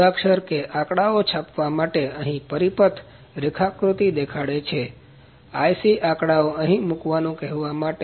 મૂળાક્ષર કે આંકડાઓ છાપવા માટે તે અહી પરિપથ રેખાકૃતિ દેખાડે છે IC આંકડાઓને અહી મૂકવાનું કહેવા માટે